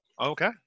Okay